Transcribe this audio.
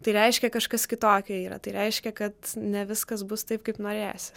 tai reiškia kažkas kitokio yra tai reiškia kad ne viskas bus taip kaip norėsi